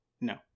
no